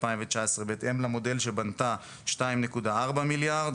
2019 בהתאם למודל שבנתה הוא 2.4 מיליארד,